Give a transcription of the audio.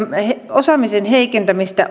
osaamisen heikentämistä